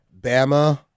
Bama